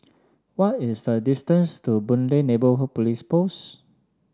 what is the distance to Boon Lay Neighbourhood Police Post